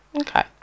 Okay